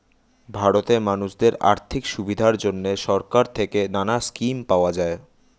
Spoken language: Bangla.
ভারতে মানুষদের আর্থিক সুবিধার জন্যে সরকার থেকে নানা স্কিম পাওয়া যায়